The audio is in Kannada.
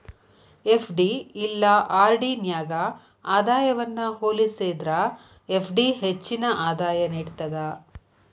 ಎಫ್.ಡಿ ಇಲ್ಲಾ ಆರ್.ಡಿ ನ್ಯಾಗ ಆದಾಯವನ್ನ ಹೋಲಿಸೇದ್ರ ಎಫ್.ಡಿ ಹೆಚ್ಚಿನ ಆದಾಯ ನೇಡ್ತದ